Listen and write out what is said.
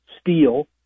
steel